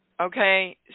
Okay